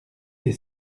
des